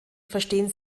verstehen